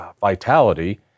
vitality